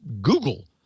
Google